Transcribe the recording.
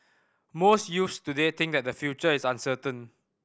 most youths today think that their future is uncertain